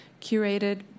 curated